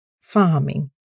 farming